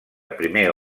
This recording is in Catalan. primer